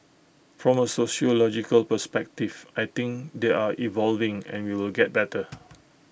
from A sociological perspective I think they are evolving and we will get better